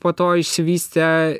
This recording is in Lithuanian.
po to išsivystė